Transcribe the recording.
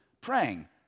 praying